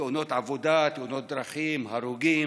תאונות עבודה, תאונות דרכים, הרוגים,